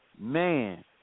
Man